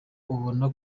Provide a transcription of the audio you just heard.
ubona